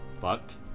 fucked